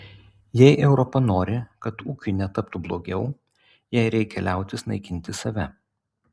jei europa nori kad ūkiui netaptų blogiau jai reikia liautis naikinti save